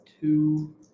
two